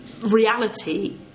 reality